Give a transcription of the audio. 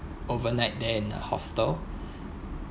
overnight there in a hostel